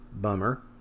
bummer